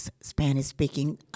Spanish-speaking